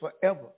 forever